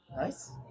Nice